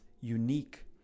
unique